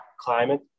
climate